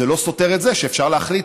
זה לא סותר את זה שאפשר להחליט.